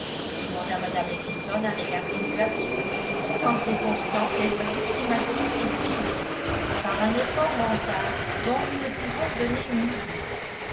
demanda mme ellison avec insinuation tout en s'efforçant d'être systématique et suivie par un effort mental dont nous ne pouvons donner une idée